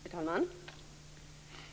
Fru talman!